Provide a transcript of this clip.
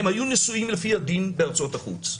הם היו נשואים לפי הדין בארצות החוץ.